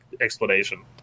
explanation